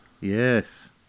Yes